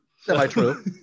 Semi-true